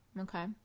okay